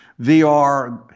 VR